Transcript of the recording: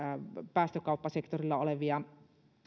päästökauppasektorilla olevia